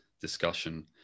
discussion